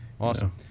Awesome